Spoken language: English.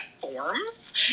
platforms